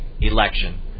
election